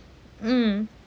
mm